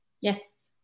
Yes